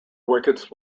wickets